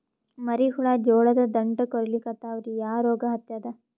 ಮರಿ ಹುಳ ಜೋಳದ ದಂಟ ಕೊರಿಲಿಕತ್ತಾವ ರೀ ಯಾ ರೋಗ ಹತ್ಯಾದ?